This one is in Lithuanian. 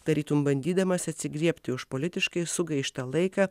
tarytum bandydamas atsigriebti už politiškai sugaištą laiką